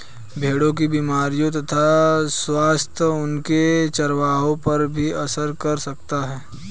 भेड़ों की बीमारियों तथा स्वास्थ्य उनके चरवाहों पर भी असर कर सकता है